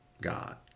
God